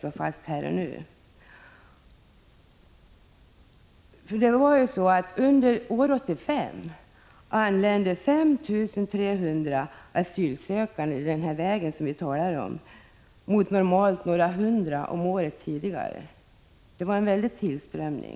Under år 1985 anlände 5 300 asylsökande via den väg som vi talar om, mot tidigare normalt några hundra om året. Det var en väldig tillströmning.